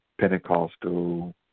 Pentecostal